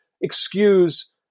excuse